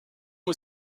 est